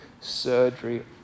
surgery